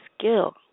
skill